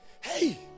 hey